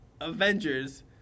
Avengers